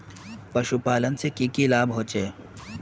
पशुपालन से की की लाभ होचे?